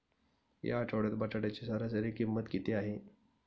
या आठवड्यात बटाट्याची सरासरी किंमत किती आहे?